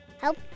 Help